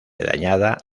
dañada